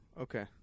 Okay